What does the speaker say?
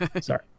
Sorry